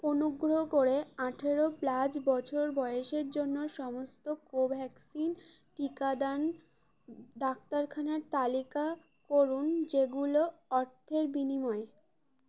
অনুগ্রহ করে আঠেরো প্লাস বছর বয়সের জন্য সমস্ত কোভ্যাক্সিন টিকাদান ডাক্তারখানার তালিকা করুন যেগুলো অর্থের বিনিময়